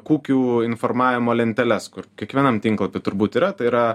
kukių informavimo lenteles kur kiekvienam tinklapy turbūt yra tai yra